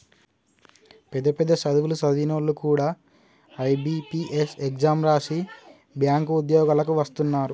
పెద్ద పెద్ద సదువులు సదివినోల్లు కూడా ఐ.బి.పీ.ఎస్ ఎగ్జాం రాసి బ్యేంకు ఉద్యోగాలకు వస్తున్నరు